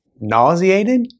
nauseated